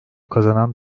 kazanan